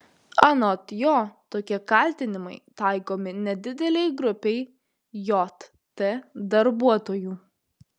anot jo tokie kaltinimai taikomi nedidelei grupei jt darbuotojų